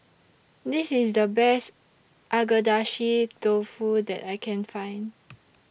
This IS The Best Agedashi Dofu that I Can Find